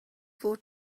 fod